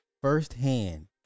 firsthand